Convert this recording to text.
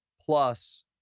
plus